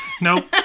nope